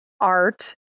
art